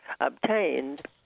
obtained